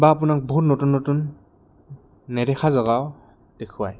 বা আপোনাক বহুত নতুন নতুন নেদেখা জেগাও দেখুৱায়